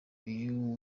uyu